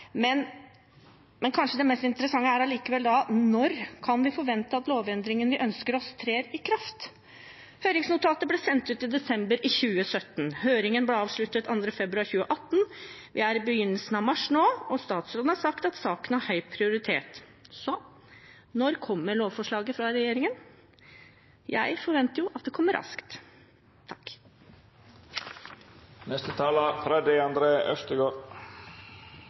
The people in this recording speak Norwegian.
men det kanskje mest interessante er: Når kan vi forvente at lovendringen vi ønsker oss, trer i kraft? Høringsnotatet ble sendt ut i desember 2017, og høringen ble avsluttet 2. februar 2018. Vi er i begynnelsen av mars nå, og statsråden har sagt at saken har høy prioritet. Så: Når kommer lovforslaget fra regjeringen? Jeg forventer at det kommer raskt.